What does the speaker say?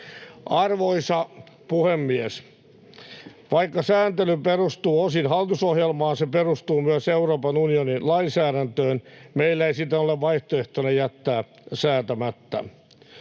Arvoisa puhemies! Vaikka sääntely perustuu osin hallitusohjelmaan, se perustuu myös Euroopan unionin lainsäädäntöön. Meillä ei siten ole vaihtoehtona jättää lakia säätämättä.